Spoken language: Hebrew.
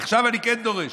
עכשיו אני כן דורש.